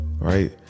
right